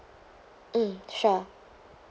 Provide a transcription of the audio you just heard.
mm sure